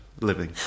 living